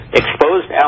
exposed